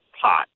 pot